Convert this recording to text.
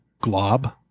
glob